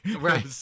Right